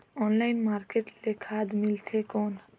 Online market ले खाद मिलथे कौन?